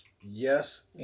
Yes